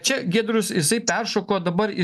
čia giedrius jisai peršoko dabar į